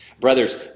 brothers